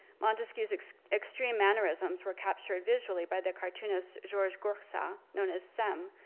montequiou's extreme mannerisms were captured visually by the cartoonist georges goursat, known as sam,